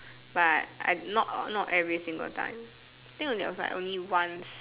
but I not or not every single time think only was like only once